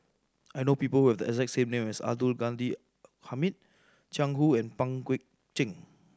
I know people who have the exact same name as Abdul Ghani Hamid Jiang Hu and Pang Guek Cheng